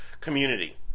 community